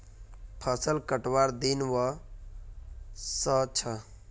फसल कटवार दिन व स छ